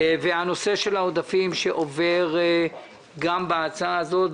והנושא של העודפים שעובר גם בהצעה הזאת,